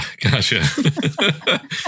Gotcha